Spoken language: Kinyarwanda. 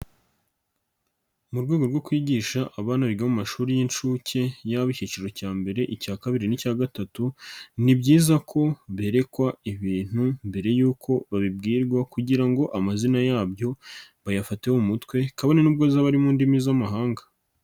Mu rwego rwo kwigisha abana biga mu mashuri y'inshsuke yaba icyiciro cya mbere, icya kabiri n'icya gatatu, ni byiza ko berekwa ibintu mbere yuko babibwirwa kugira ngo amazina yabyo bayafate mu mutwe, kabone nubwo zaba ari mu ndimi z'amahanga.